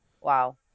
Wow